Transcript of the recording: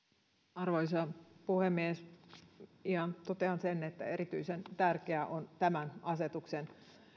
arvoisa puhemies ihan totean sen että erityisen tärkeää on tämän asetuksen